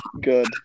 good